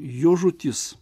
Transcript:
jo žūtis